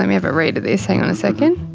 let me have a read of this. hang on a second.